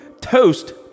Toast